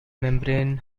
membrane